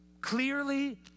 clearly